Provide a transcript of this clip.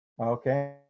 Okay